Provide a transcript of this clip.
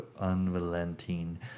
unrelenting